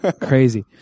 crazy